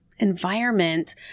environment